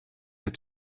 had